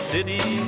City